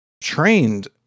trained